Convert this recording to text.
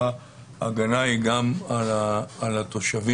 ההגנה היא גם על התושבים.